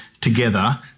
together